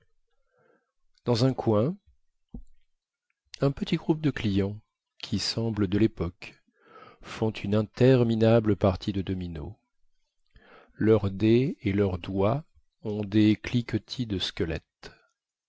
dans un coin un petit groupe de clients qui semblent de lépoque font une interminable partie de dominos leurs dés et leurs doigts ont des cliquetis de squelettes